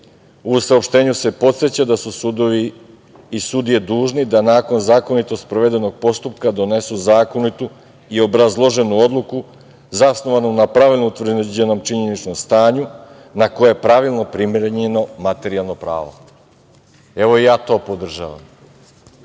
U saopštenju se podseća da su sudove i sudije dužni da nakon zakonito sprovedenog postupka donesu zakonitu i obrazloženu odluku zasnovanu na pravedno utvrđenom činjeničnom stanju na koju je pravilno primenjeno materijalno pravo. Ja to podržavam.